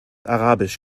arabisch